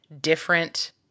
different